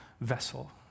vessel